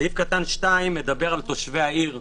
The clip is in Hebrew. סעיף (2) מדבר על תושבי העיר,